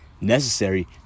necessary